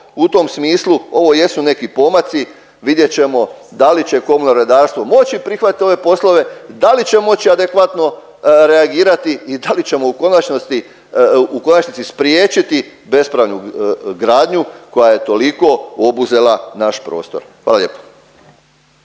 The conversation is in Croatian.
u tom smislu ovo jesu neki pomaci. Vidjet ćemo da li će komunalno redarstvo moći prihvatit ove poslove, da li će moći adekvatno reagirati i da li ćemo u konačnosti, u konačnici spriječiti bespravnu gradnju koja je toliko obuzela naš prostor. Hvala lijepo.